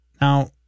now